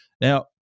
Now